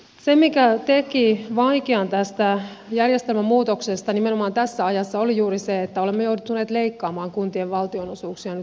se mikä teki vaikean tästä järjestelmämuutoksesta nimenomaan tässä ajassa oli juuri se että olemme joutuneet leikkaamaan kuntien valtionosuuksia nyt samaan aikaan